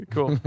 Cool